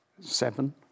seven